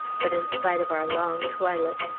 but in spite of our long toilet,